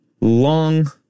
long